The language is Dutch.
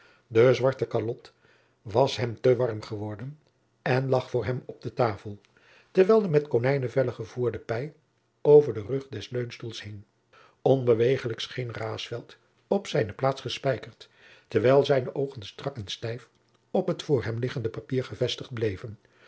de zwarte kalot was hem te warm geworden en lag voor hem op de tafel terwijl de met konijnenvellen gevoerde pij over den rug des leunstoels hing onbeweeglijk scheen raesfelt op zijne plaats gespijkerd terwijl zijne oogen strak en stijf op het voor hem liggend papier gevestigd bleven